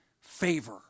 favor